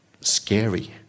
scary